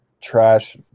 trash